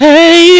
Hey